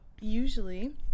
usually